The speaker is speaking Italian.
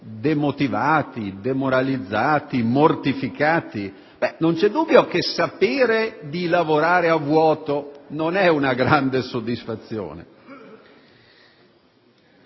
demotivati, demoralizzati, mortificati? Non c'è dubbio che sapere di lavorare a vuoto non è una grande soddisfazione.